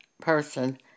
person